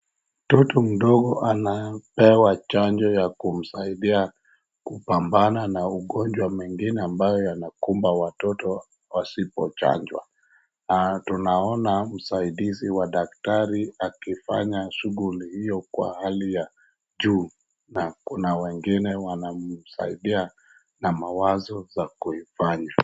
Mtoto mdogo anapewa chanjo ya kumsaidia kupambana na ugonjwa mengine ambayo yanakumba watoto wasipochanjwa. Tunaona msaidizi wa daktari akifanya shughuli hiyo kwa hali ya juu na kuna wengine wana msaidia na mawazo za kuifanya.